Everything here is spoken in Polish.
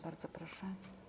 Bardzo proszę.